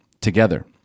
together